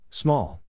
Small